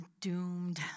doomed